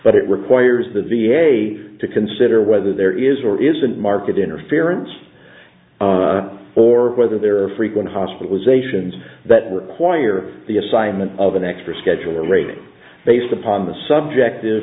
but it requires the v a to consider whether there is or isn't market interference or whether there are frequent hospitalizations that require the assignment of an extra scheduler rating based upon the subject